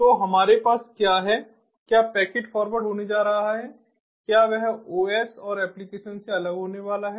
तो हमारे पास क्या है क्या पैकेट फॉरवर्ड होने जा रहा है क्या वह ओएस और एप्लीकेशन से अलग होने वाला है